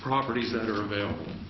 properties that are available